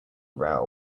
rail